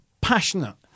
passionate